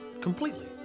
completely